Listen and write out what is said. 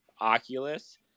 Oculus